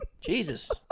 Jesus